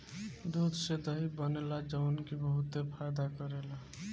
दूध से दही बनेला जवन की बहुते फायदा करेला